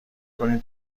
کنین